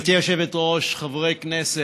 גברתי היושבת-ראש, חברי הכנסת,